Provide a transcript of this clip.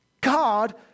God